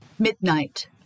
Midnight